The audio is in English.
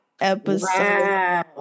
Episode